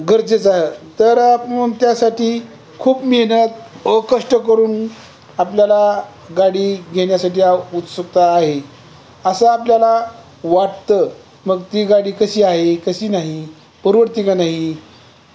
गरजेचं तर त्यासाठी खूप मेहनत अ कष्ट करून आपल्याला गाडी घेण्या्साठी उत्सुकता आहे असं आपल्याला वाटतं मग ती गाडी कशी आहे कशी नाही परवडती का नाही